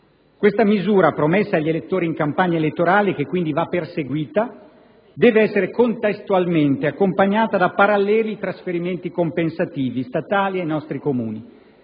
Questa misura, promessa agli elettori in campagna elettorale e che quindi va perseguita, deve essere contestualmente accompagnata da paralleli trasferimenti compensativi statali ai nostri Comuni